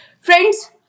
Friends